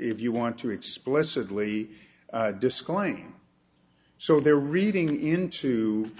if you want to explicitly disclaim so they're reading into